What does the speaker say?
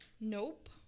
Nope